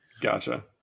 Gotcha